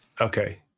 okay